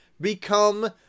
become